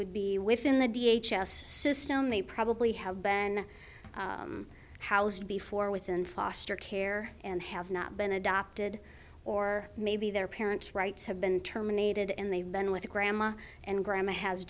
would be within the d h s s system they probably have been housed before within foster care and have not been adopted or maybe their parents rights have been terminated and they've been with grandma and grandma has